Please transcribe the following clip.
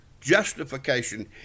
justification